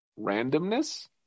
randomness